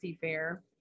fair